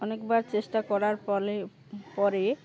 অনেকবার চেষ্টা করার ফলে পরে